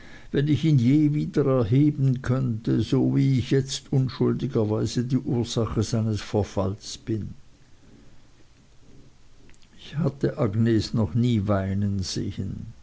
wenn ich ihn je wieder erheben könnte so wie ich jetzt unschuldigerweise die ursache seines verfalles bin ich hatte agnes noch nie weinen sehen